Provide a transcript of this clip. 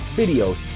videos